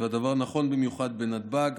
והדבר נכון במיוחד בנתב"ג,